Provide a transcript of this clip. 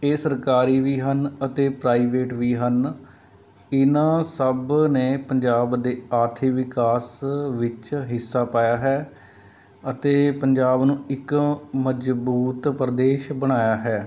ਇਹ ਸਰਕਾਰੀ ਵੀ ਹਨ ਅਤੇ ਪ੍ਰਾਈਵੇਟ ਵੀ ਹਨ ਇਹਨਾਂ ਸਭ ਨੇ ਪੰਜਾਬ ਦੇ ਆਰਥਿਕ ਵਿਕਾਸ ਵਿੱਚ ਹਿੱਸਾ ਪਾਇਆ ਹੈ ਅਤੇ ਪੰਜਾਬ ਨੂੰ ਇੱਕ ਮਜ਼ਬੂਤ ਪ੍ਰਦੇਸ਼ ਬਣਾਇਆ ਹੈ